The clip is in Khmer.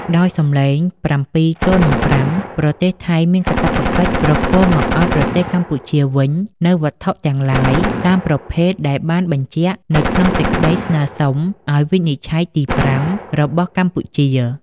ដោយសំឡេង៧ទល់នឹង៥ ប្រទេសថៃមានកាតព្វកិច្ចប្រគល់មកឱ្យប្រទេសកម្ពុជាវិញ នូវវត្ថុទាំងឡាយ តាមប្រភេទដែលបានបញ្ជាក់នៅក្នុងសេចក្ដីស្នើសុំឱ្យវិនិច្ឆ័យទី៥របស់កម្ពុជា។